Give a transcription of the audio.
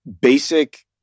basic